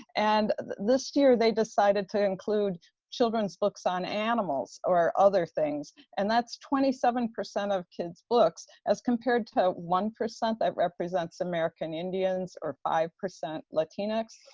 and this year they decided to include children's books on animals or other things and that's twenty seven percent of kids books as compared to one percent that represents american indians or five percent latinx.